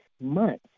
months